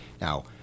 Now